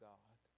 God